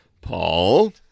Paul